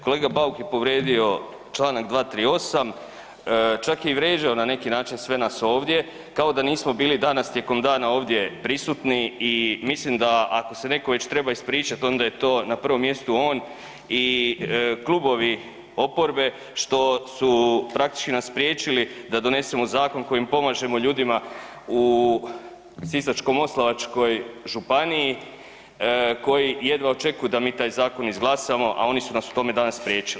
Kolega Bauk je povrijedio čl. 238., čak je i vrijeđao na neki način sve nas ovdje kao da nismo bili danas tijekom dana ovdje prisutni i mislim da ako se neko već treba ispričati onda je to na prvom mjestu on i klubovi oporbe što su praktički nas spriječili da donesemo zakon kojim pomažemo ljudima u Sisačko-moslavačkoj županiji koji jedva očekuju da mi taj zakon izglasamo, a oni su nas u tome danas spriječili.